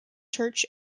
church